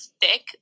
thick